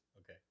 Okay